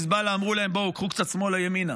שחיזבאללה אמרו להם: בואו, קחו קצת שמאלה, ימינה.